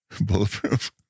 Bulletproof